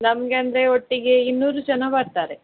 ನಮಗೆ ಅಂದರೆ ಒಟ್ಟಿಗೆ ಇನ್ನೂರು ಜನ ಬರ್ತಾರೆ